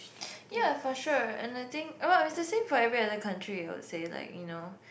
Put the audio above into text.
ya for sure and I think about it's the same for every other country I would say like you know